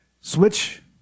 Switch